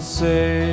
say